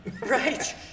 right